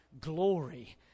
glory